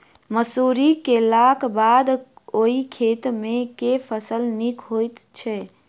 मसूरी केलाक बाद ओई खेत मे केँ फसल नीक होइत छै?